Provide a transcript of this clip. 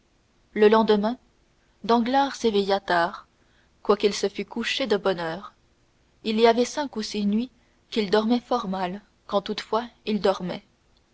le lendemain danglars s'éveilla tard quoiqu'il se fût couché de bonne heure il y avait cinq ou six nuits qu'il dormait fort mal quand toutefois il dormait